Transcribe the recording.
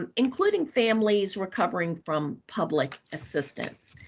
um including families recovering from public assistance.